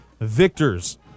victors